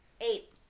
Eight